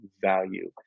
value